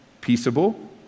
peaceable